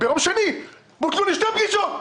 ביום שני בוטלו לי שתי פגישות.